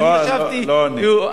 לא אני.